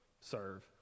serve